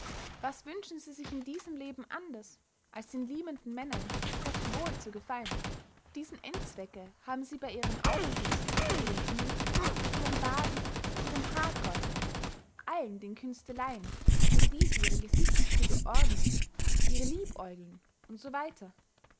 was wünschen sie sich in diesem leben anders als den lieben männern recht wohl zu gefallen diesen endzwecke haben sie bey ihrem aufputzen ihrem schminken ihrem baden ihrem haarkräuseln allen den künsteleyen durch die sie ihre gesichtszüge ordnen ihre liebäugeln und so weiter